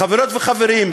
חברות וחברים,